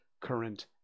current